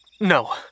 No